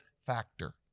factor